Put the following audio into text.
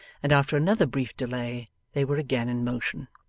and after another brief delay they were again in motion.